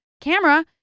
camera